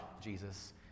Jesus